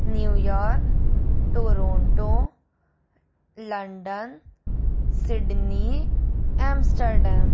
New York Toronto London Sydney Amsterdam